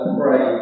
pray